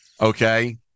Okay